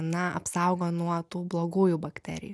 na apsaugo nuo tų blogųjų bakterijų